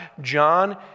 John